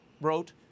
wrote